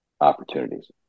opportunities